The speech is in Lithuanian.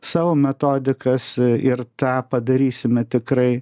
savo metodikas ir tą padarysime tikrai